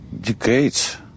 decades